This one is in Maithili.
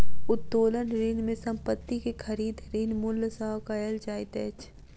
उत्तोलन ऋण में संपत्ति के खरीद, ऋण मूल्य सॅ कयल जाइत अछि